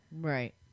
Right